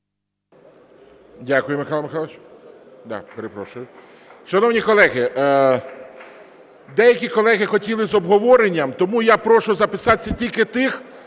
Дякую, Михайло Михайлович.